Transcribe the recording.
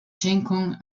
schenkung